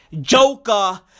Joker